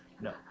No